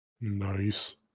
Nice